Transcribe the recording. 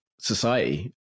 society